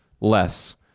less